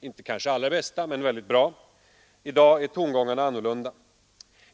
inte var det allra bästa, men dock bra. I dag är tongångarna annorlunda.